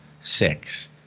six